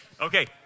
Okay